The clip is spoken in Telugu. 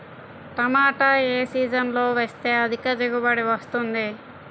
టమాటా ఏ సీజన్లో వేస్తే అధిక దిగుబడి వస్తుంది?